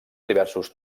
diversos